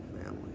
family